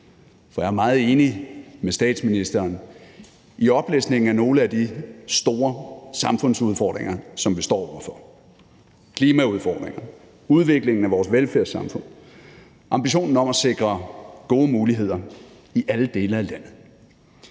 For jeg er meget enig med statsministeren i oplistningen af nogle af de store samfundsudfordringer, som vi står over for: klimaudfordringerne, udviklingen af vores velfærdssamfund, ambitionen om at sikre gode muligheder i alle dele af landet.